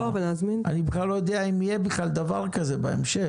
אני בכלל לא יודע אם יהיה דבר כזה בהמשך.